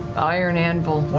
iron anvil.